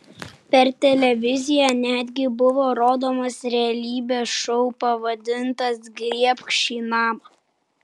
per televiziją netgi buvo rodomas realybės šou pavadintas griebk šį namą